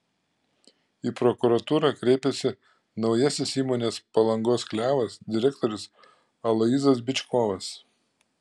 į prokuratūrą kreipėsi naujasis įmonės palangos klevas direktorius aloyzas byčkovas